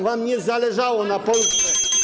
Wam nie zależało na Polsce.